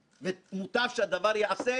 בכל המערכות.